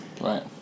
Right